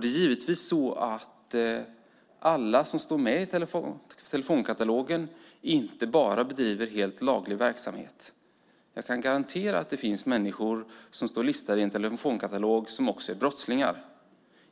Det är givetvis så att inte alla som står med i telefonkatalogen bedriver helt laglig verksamhet. Jag kan garantera att det finns människor som står listade i en telefonkatalog som också är brottslingar.